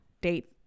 date